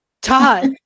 Todd